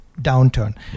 downturn